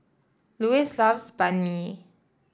Lois loves Banh Mi